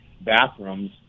bathrooms